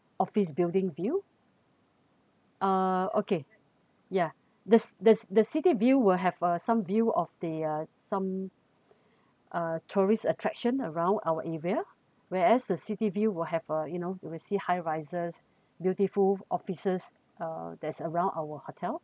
office building view uh okay ya the the the city view will have uh some view of the uh some uh tourist attraction around our area whereas the city view will have uh you know you will see high rises beautiful offices uh that's around our hotel